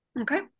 Okay